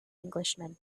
englishman